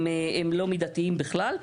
הם לא מידתיים בכלל.